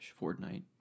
Fortnite